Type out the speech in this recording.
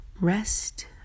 rest